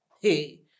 hey